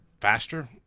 faster